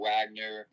Wagner